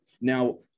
Now